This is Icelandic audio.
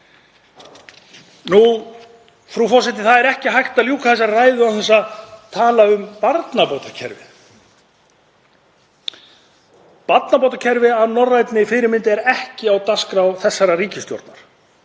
Frú forseti. Það er ekki hægt að ljúka þessari ræðu án þess að tala um barnabótakerfið. Barnabótakerfi að norrænni fyrirmynd er ekki á dagskrá þessarar ríkisstjórnar.